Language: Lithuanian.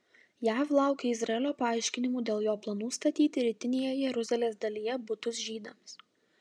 jav laukia izraelio paaiškinimų dėl jo planų statyti rytinėje jeruzalės dalyje butus žydams